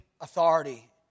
authority